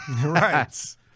Right